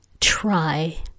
try